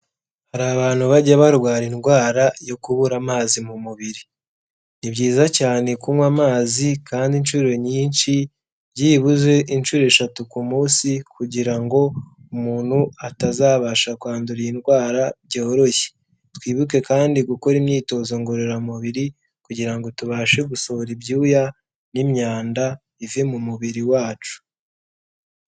Hari abantu bajya barwara indwara yo kubura amazi mu mubiri. Ni byiza cyane kunywa amazi kandi inshuro nyinshi byibuze inshuro eshatu ku munsi, kugira ngo umuntu atazabasha kwandura iyi ndwara byoroshye. Twibuke kandi gukora imyitozo ngororamubiri, kugira ngo ngo tubashe gusohora ibyuya n'imyanda bive mu mubiri wacu.